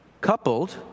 Coupled